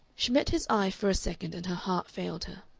she met his eye for a second and her heart failed her.